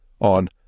on